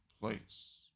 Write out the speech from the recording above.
place